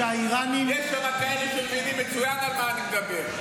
יש שם כאלה שמבינים מצוין על מה אני מדבר.